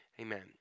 Amen